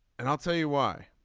and i'll tell you why